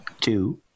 two